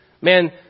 man